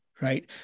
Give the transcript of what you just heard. right